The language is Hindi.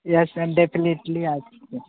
येस मैम डेफिनेटली आ सकते